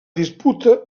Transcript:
disputa